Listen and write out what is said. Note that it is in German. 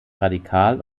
radikal